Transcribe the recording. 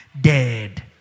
dead